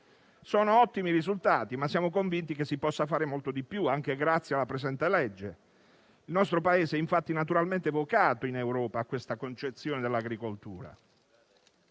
Sono ottimi risultati, ma siamo convinti che si possa fare molto di più, anche grazie al presente disegno di legge. Il nostro Paese è infatti naturalmente vocato in Europa a questa concezione dell'agricoltura.